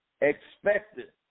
expected